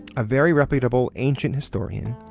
a very reputable ancient historian,